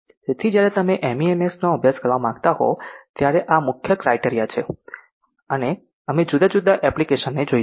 તેથી જ્યારે તમે MEMS નો અભ્યાસ કરવા માંગતા હો ત્યારે આ એક મુખ્ય ક્રાટેરીયા છે અમે જુદા જુદા એપ્લીકેશન ને જોશું